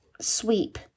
sweep